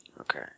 Okay